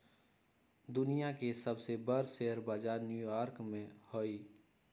दुनिया के सबसे बर शेयर बजार न्यू यॉर्क में हई